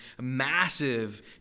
massive